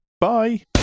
Bye